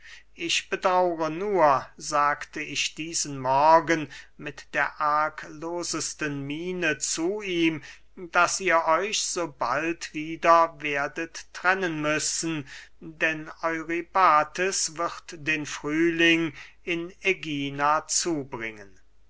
ich bedaure nur sagte ich diesen morgen mit der arglosesten miene zu ihm daß ihr euch so bald wieder werdet trennen müssen denn eurybates wird den frühling in ägina zubringen